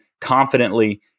confidently